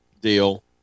deal